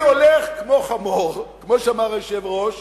אני הולך כמו חמור, כמו שאמר היושב-ראש,